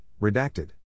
redacted